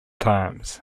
times